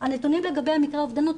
נתונים לגבי מקרי אובדנות,